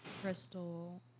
Crystal